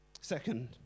Second